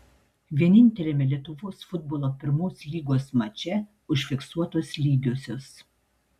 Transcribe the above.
vieninteliame lietuvos futbolo pirmos lygos mače užfiksuotos lygiosios